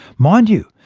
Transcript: mind you,